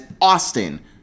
Austin